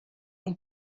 اون